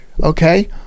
okay